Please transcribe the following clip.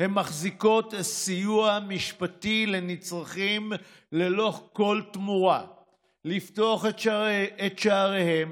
הן מחזיקות סיוע משפטי לנצרכים ללא כל תמורה לפתוח את שעריהן,